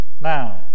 Now